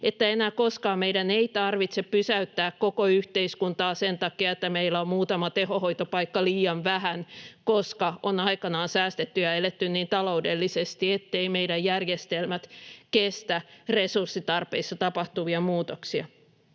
että enää koskaan meidän ei tarvitse pysäyttää koko yhteiskuntaa sen takia, että meillä on muutama tehohoitopaikka liian vähän, koska on aikanaan säästetty ja eletty niin taloudellisesti, ettei meidän järjestelmämme kestä resurssitarpeissa tapahtuvia muutoksia.